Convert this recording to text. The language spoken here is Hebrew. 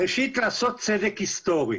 ראשית, לעשות צדק היסטורי.